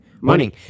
Money